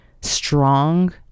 strong